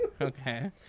Okay